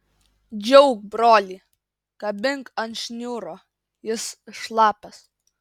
džiauk brolį kabink ant šniūro jis šlapias